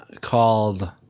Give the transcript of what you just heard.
called